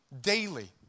daily